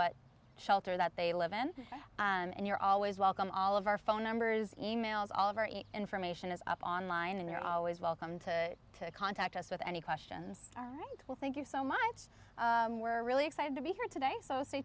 what shelter that they live in and you're always welcome all of our phone numbers e mails all of our information is up online and you're always welcome to contact us with any questions all right well thank you so minds were really excited to be here today so stay